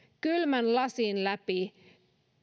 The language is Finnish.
kylmän lasin läpi